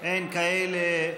אין כאלה.